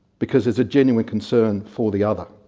because there's a genuine concern for the other.